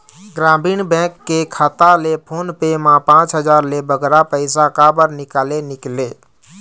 ग्रामीण बैंक के खाता ले फोन पे मा पांच हजार ले बगरा पैसा काबर निकाले निकले?